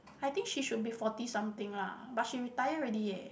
I think she should be forty something lah but she retire already eh